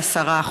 ל-10%.